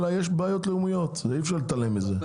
אלא יש בעיות לאומיות ואי אפשר להתעלם מזה,